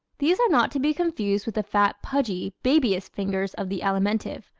these are not to be confused with the fat, pudgy babyish fingers of the alimentive,